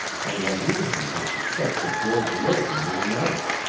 and have reason to suspect that george lerton is another.